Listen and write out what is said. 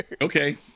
Okay